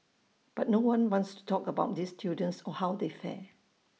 but no one wants to talk about these students or how they fare